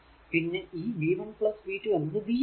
പിന്നെ ഈ v 1 v 2 എന്നത് v ആണ്